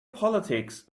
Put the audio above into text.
politics